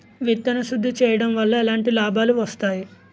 విత్తన శుద్ధి చేయడం వల్ల ఎలాంటి లాభాలు వస్తాయి?